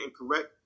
incorrect